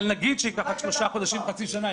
אבל נגיד שייקח רק שלושה חודשים-חצי שנה,